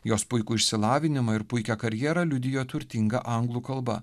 jos puikų išsilavinimą ir puikią karjerą liudijo turtinga anglų kalba